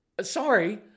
sorry